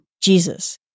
Jesus